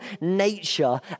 nature